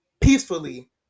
peacefully